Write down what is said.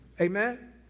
Amen